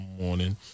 morning